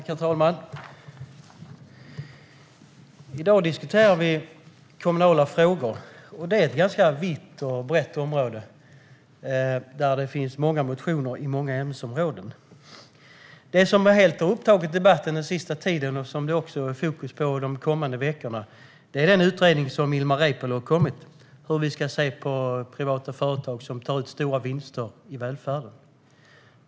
Herr talman! I dag diskuterar vi kommunala frågor. Det är ett ganska vitt och brett område, där det finns många motioner inom många ämnesområden. Det som helt har upptagit debatten den senaste tiden och som det också är fokus på de kommande veckorna är den utredning som Ilmar Reepalu har kommit med om hur vi ska se på privata företag som tar ut stora vinster i välfärden.